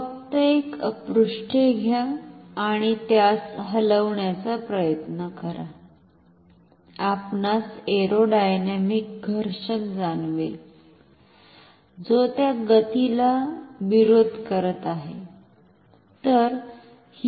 फक्त एक पृष्ठे घ्या आणि त्यास हलविण्याचा प्रयत्न करा आपणास एरोडायनामिक घर्षण जाणवेल जो त्या गतीला विरोध करीत आहे